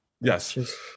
Yes